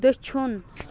دٔچھُن